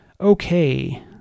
Okay